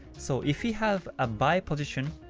so if you have a buy position,